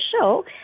show